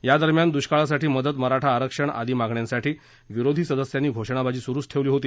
या दरम्यान दुष्काळासाठी मदत मराठा आरक्षण वियादी मागण्यांसाठी विरोधी सदस्यांनी घोषणाबाजी सुरुच ठेवली होती